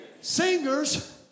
singers